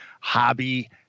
hobby